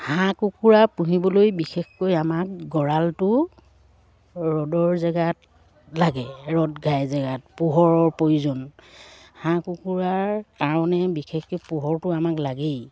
হাঁহ কুকুৰা পুহিবলৈ বিশেষকৈ আমাক গড়ালটো ৰ'দৰ জেগাত লাগে ৰ'দঘাই জেগাত পোহৰৰ প্ৰয়োজন হাঁহ কুকুৰাৰ কাৰণে বিশেষকৈ পোহৰটো আমাক লাগেই